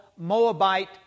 Moabite